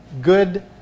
good